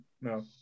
No